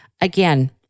Again